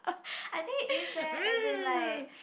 I think is leh as in like